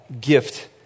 gift